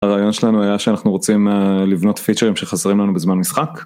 הרעיון שלנו היה שאנחנו רוצים לבנות פיצ'רים שחסרים לנו בזמן משחק.